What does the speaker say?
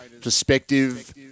perspective